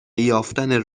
یافتن